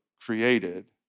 created